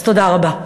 אז תודה רבה.